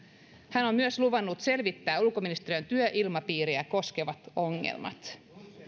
hän on myös luvannut selvittää ulkoministeriön työilmapiiriä koskevat ongelmat